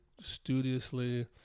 Studiously